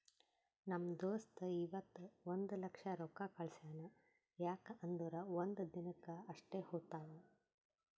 ನಮ್ ದೋಸ್ತ ಇವತ್ ಒಂದ್ ಲಕ್ಷ ರೊಕ್ಕಾ ಕಳ್ಸ್ಯಾನ್ ಯಾಕ್ ಅಂದುರ್ ಒಂದ್ ದಿನಕ್ ಅಷ್ಟೇ ಹೋತಾವ್